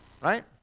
right